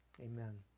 Amen